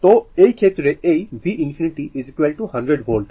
তো এই ক্ষেত্রে এই v infinity 10 ভোল্ট